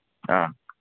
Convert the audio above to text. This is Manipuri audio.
ꯑꯥ